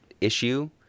issue